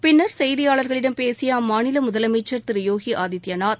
பின்னர் செய்தியாளர்களிடம் பேசிய அம்மாநில முதலமைச்சர் திரு யோகி ஆதித்யாநாத்